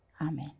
Amen